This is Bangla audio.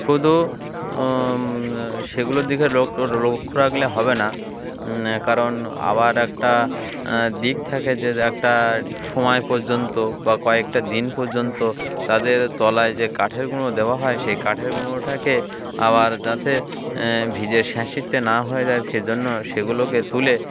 শুধু সেগুলোর দিকে ল লক্ষ্য রাখলে হবে না কারণ আবার একটা দিক থাকে যে একটা সময় পর্যন্ত বা কয়েকটা দিন পর্যন্ত তাদের তলায় যে কাঠের গুঁড়ো দেওয়া হয় সেই কাঠের গুঁড়োটাকে আবার যাতে ভিজে স্যাঁতসতে না হয়ে যায় সেজন্য সেগুলোকে তুলে